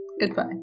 goodbye